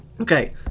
okay